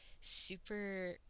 super